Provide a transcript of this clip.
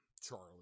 Charlie